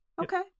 Okay